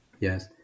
Yes